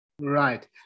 right